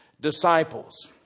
disciples